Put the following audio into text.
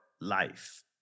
life